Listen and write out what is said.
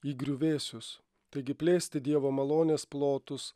į griuvėsius taigi plėsti dievo malonės plotus